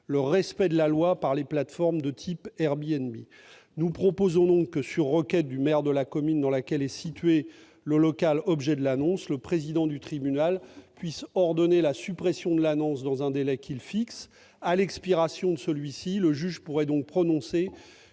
le respect de la loi par les plateformes de type Airbnb. Ainsi, sur requête du maire de la commune dans laquelle est situé le local objet de l'annonce, le président du tribunal peut ordonner la suppression de l'annonce dans un délai qu'il fixe. À l'expiration de celui-ci, le juge pourra prononcer